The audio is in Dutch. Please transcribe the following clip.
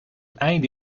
einde